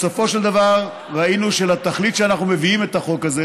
בסופו של דבר ראינו שלתכלית שאנחנו מביאים את החוק הזה,